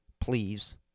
please